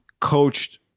coached